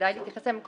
שכדאי להתייחס אליהם.